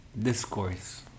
discourse